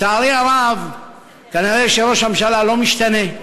לצערי הרב, כנראה ראש הממשלה לא משתנה.